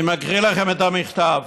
אני מקריא לכם את המכתב: